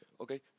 Okay